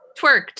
Twerked